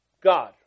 God